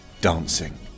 dancing